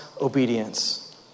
obedience